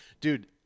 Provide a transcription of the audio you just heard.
Dude